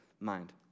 mind